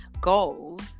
goals